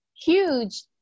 huge